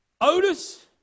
Otis